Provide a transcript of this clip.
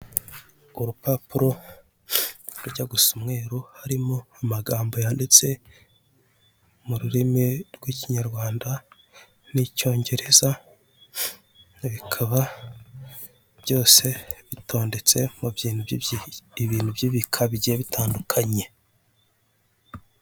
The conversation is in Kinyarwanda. Urupapuro rujya gusa umweru harimo amagambo yanditse mu rurimi rw'ikinyarwanda n'icyongereza bikaba byose bitondetse mu Bintu by'ibika bigiye bitandukanye.